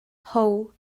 how